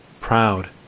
Proud